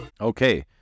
Okay